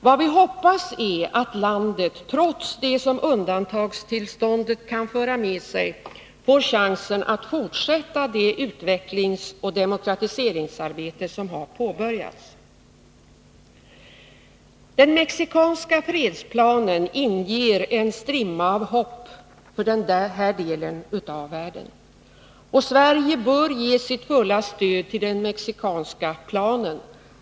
Vad vi hoppas är att landet — trots det som undantagstillståndet kan föra med sig — får chansen att fortsätta det utvecklingsoch demokratiseringsarbete som har påbörjats. Den mexikanska fredsplanen inger en strimma av hopp för den här delen av världen, och Sverige bör ge sitt fulla stöd till den mexikanska planen.